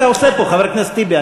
מה אתה עושה פה, חבר הכנסת טיבי?